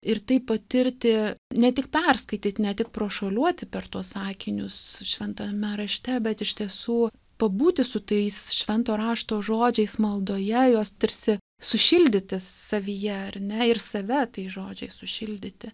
ir taip patirti ne tik perskaityt ne tik prašuoliuoti per tuos akinius šventame rašte bet iš tiesų pabūti su tais švento rašto žodžiais maldoje juos tarsi sušildyti savyje ar ne ir save tais žodžiais sušildyti